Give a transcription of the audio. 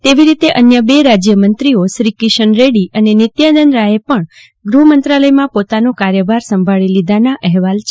તેવી રીતે અન્ય બે રાજયમંત્રીઓ શ્રી કિશન રેડી અને નિત્યાનંદ રાયે પણ ગૃહમંત્રાલયમાં પોતાનો કારભાર સંભાળી લીધાના અહેવાલ છે